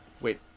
Wait